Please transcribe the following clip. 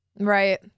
Right